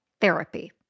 therapy